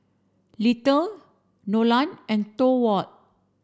Littie Nolan and Thorwald